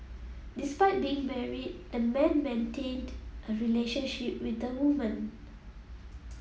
despite being married the man maintained a relationship with the woman